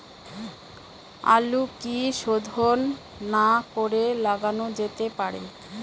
আলু কি শোধন না করে লাগানো যেতে পারে?